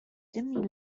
dimly